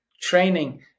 training